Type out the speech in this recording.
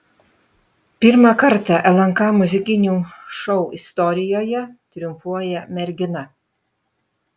pirmą kartą lnk muzikinių šou istorijoje triumfuoja mergina